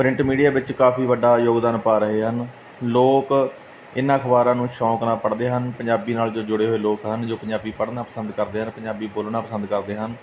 print media ਵਿੱਚ ਕਾਫ਼ੀ ਵੱਡਾ ਯੋਗਦਾਨ ਪਾ ਰਹੇ ਹਨ ਲੋਕ ਇਹਨਾਂ ਅਖ਼ਬਾਰਾਂ ਨੂੰ ਸ਼ੌਂਕ ਨਾਲ ਪੜ੍ਹਦੇ ਹਨ ਪੰਜਾਬੀ ਨਾਲ ਜੋ ਜੁੜੇ ਹੋਏ ਲੋਕ ਹਨ ਜੋ ਪੰਜਾਬੀ ਪੜ੍ਹਨਾ ਪਸੰਦ ਕਰਦੇ ਹਨ ਪੰਜਾਬੀ ਬੋਲਣਾ ਪਸੰਦ ਕਰਦੇ ਹਨ